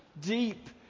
deep